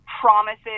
Promises